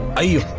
are you